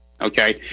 Okay